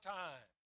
time